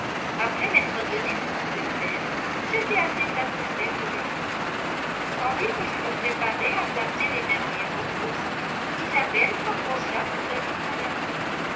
après m'être donné beaucoup de peine j'étais assez satisfaite du résultat tandis que je me préparais à placer les dernières retouches isabelle s'approcha pour donner son avis